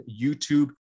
YouTube